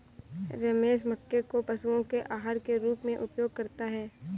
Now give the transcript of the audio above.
रमेश मक्के को पशुओं के आहार के रूप में उपयोग करता है